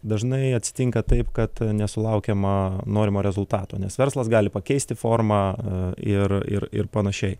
dažnai atsitinka taip kad nesulaukiama norimo rezultato nes verslas gali pakeisti formą ir ir ir panašiai